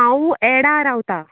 हांव एडा रावता